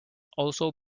also